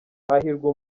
hahirwa